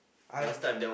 I don't know